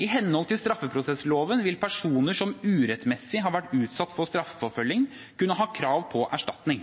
I henhold til straffeprosessloven vil personer som urettmessig har vært utsatt for straffeforfølging, kunne ha krav på erstatning.